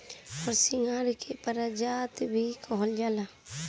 हरसिंगार के पारिजात भी कहल जाला